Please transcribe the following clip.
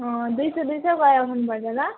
अँ दुई सय दुई सय गरेर उठाउनुपर्छ ल